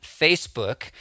Facebook